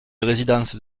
résidence